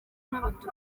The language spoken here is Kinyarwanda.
n’abatutsi